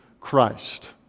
Christ